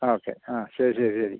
ആ ഓക്കെ ആ ശരി ശരി ശരി